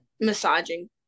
massaging